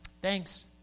Thanks